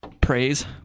praise